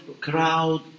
crowd